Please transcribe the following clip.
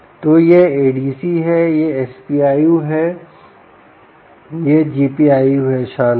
तो यह ADC है इस SPIO यह है GPIO शानदार